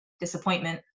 disappointment